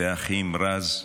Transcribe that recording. והאחות רז.